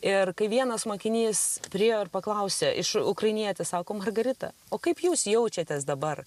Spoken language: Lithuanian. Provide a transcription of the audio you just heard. ir kai vienas mokinys priėjo ir paklausė iš ukrainietis sako margarita o kaip jūs jaučiatės dabar